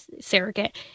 surrogate